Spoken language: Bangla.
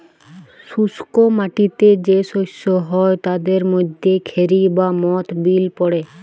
শুস্ক মাটিতে যে শস্য হ্যয় তাদের মধ্যে খেরি বা মথ বিল পড়ে